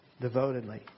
devotedly